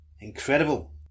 Incredible